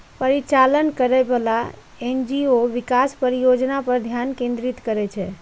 परिचालन करैबला एन.जी.ओ विकास परियोजना पर ध्यान केंद्रित करै छै